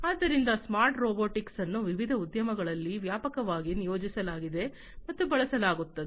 ಆದ್ದರಿಂದ smart robotics ಅನ್ನು ವಿವಿಧ ಉದ್ಯಮಗಳಲ್ಲಿ ವ್ಯಾಪಕವಾಗಿ ನಿಯೋಜಿಸಲಾಗಿದೆ ಮತ್ತು ಬಳಸಲಾಗುತ್ತದೆ